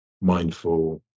mindful